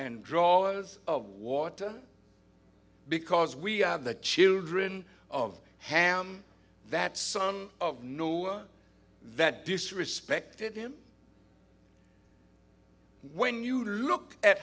and draw of water because we are the children of ham that son of noah that disrespected him when you look at